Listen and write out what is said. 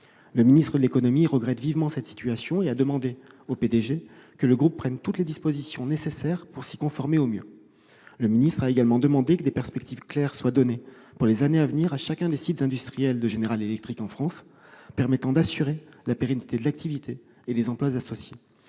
Le ministre de l'économie regrette vivement cette situation et a demandé au P-DG que le groupe prenne toutes les dispositions nécessaires pour s'y conformer au mieux. Le ministre a également demandé que des perspectives claires soient données pour les années à venir à chacun des sites industriels de General Electric en France, afin d'assurer la pérennité de l'activité et des emplois associés.